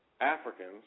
Africans